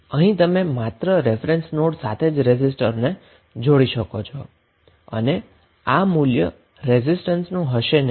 અહીં તમે માત્ર રેફરન્સ નોડ સાથે જ રેઝિસ્ટરને જોડી શકો છો અને આ મૂલ્ય રેઝિસ્ટન્સનું હશે નહી